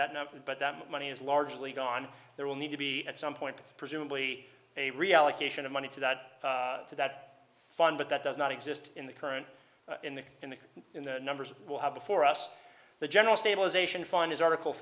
that money is largely gone there will need to be at some point presumably a reallocation of money to that to that fund but that does not exist in the current in the in the in the numbers will have before us the general stabilization fund is article